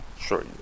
Sure